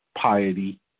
piety